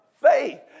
faith